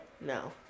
No